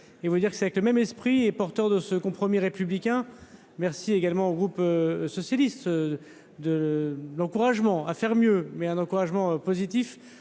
vous dire que c'est avec le même esprit et porteur de ce compromis républicain, merci également au groupe socialiste de l'encouragement à faire mieux, mais un encouragement positif